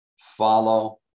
follow